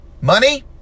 money